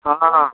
ହଁ ହଁ